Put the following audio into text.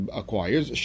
acquires